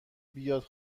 بیاد